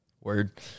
word